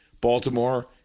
Baltimore